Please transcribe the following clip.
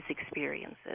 experiences